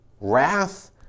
wrath